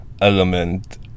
element